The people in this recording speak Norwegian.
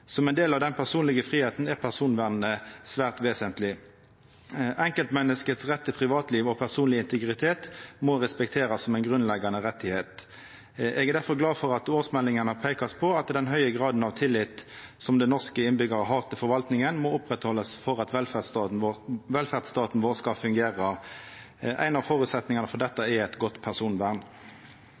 Som ein del av den personlege fridomen, er personvernet svært vesentleg. Enkeltmenneskets rett til privatliv og personleg integritet må respekterast som ein grunnleggjande rett. Eg er difor glad for at årsmeldinga har peika på at den høge graden av tillit som dei norske innbyggjarane har til forvaltninga, må oppretthaldast for at velferdsstaten vår skal fungere. Ein av føresetnadene for dette er eit godt personvern.